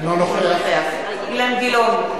אינו נוכח אילן גילאון,